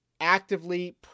actively